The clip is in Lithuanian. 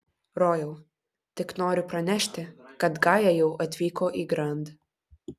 rojau tik noriu pranešti kad gaja jau atvyko į grand